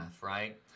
right